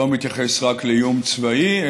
לא מתייחס רק לאיום צבאי,